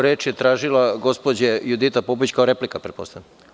Reč je tražila gospođa Judita Popović, kao replika, pretpostavljam?